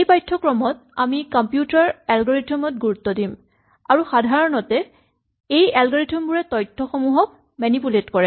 এই পাঠ্যক্ৰমত আমি কম্পিউটাৰ এলগৰিথম ত গুৰুত্ব দিম আৰু সাধাৰণতে এই এলগৰিথম বোৰে তথ্যসমূহক মেনিপুলেট কৰে